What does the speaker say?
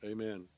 Amen